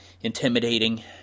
intimidating